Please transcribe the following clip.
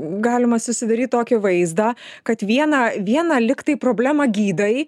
galima susidaryt tokį vaizdą kad vieną vieną lygtai problemą gydai